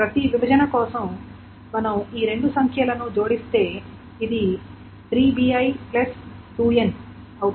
ప్రతి విభజన కోసం మనం ఈ రెండు సంఖ్యలను జోడిస్తే ఇది 3bi 2n